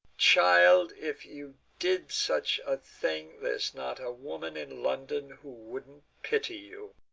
child, if you did such a thing, there's not a woman in london who wouldn't pity you.